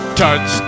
touch